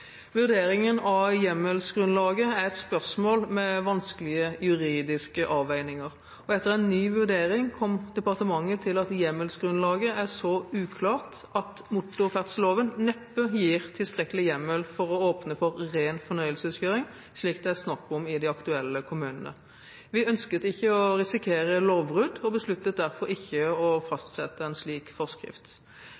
Vurderingen av hjemmelsgrunnlaget er et spørsmål med vanskelige juridiske avveininger, og etter en ny vurdering kom departementet til at hjemmelsgrunnlaget er så uklart at motorferdselloven neppe gir tilstrekkelig hjemmel for å åpne for ren fornøyelseskjøring, slik det er snakk om i de aktuelle kommunene. Vi ønsket ikke å risikere lovbrudd, og besluttet derfor ikke å fastsette en slik forskrift.